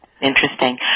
Interesting